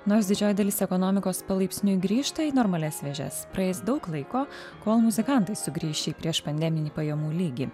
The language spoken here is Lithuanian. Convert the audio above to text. nors didžioji dalis ekonomikos palaipsniui grįžta į normalias vėžes praeis daug laiko kol muzikantai sugrįš į prieš pandeminį pajamų lygį